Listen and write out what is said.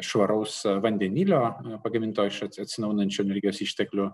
švaraus vandenilio pagaminto iš atsinaujinančių energijos išteklių